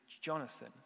Jonathan